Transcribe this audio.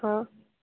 ହଁ